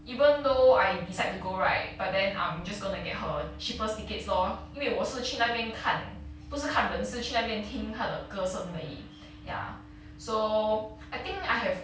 even though I decide to go right but then I'm just gonna get her cheapest tickets lor 因为我是去那边看不是看人是去那边听她的歌声而已 ya so I think I have